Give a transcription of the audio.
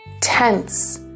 tense